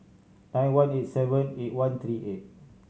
nine one eight seven eight one three eight